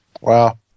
Wow